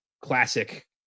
Classic